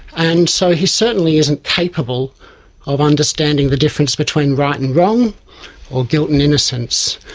and so he certainly isn't capable of understanding the difference between right and wrong or guilt and innocence.